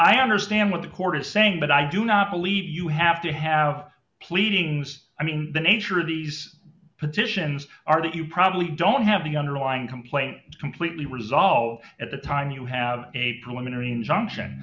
i understand what the court is saying but i do not believe you have to have pleadings i mean the nature of these petitions are that you probably don't have the underlying complaint completely resolved at the time you have a preliminary injunction